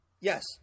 Yes